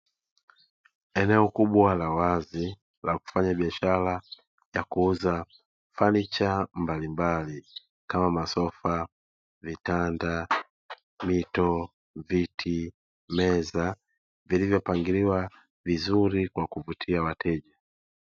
Eneo kubwa la wazi la kufanya biashara ya kuuza fanicha mbalimbali kama masofa, vitanda, mito, viti, meza vilivyopangiliwa vizuri kwa kuvutia wateja.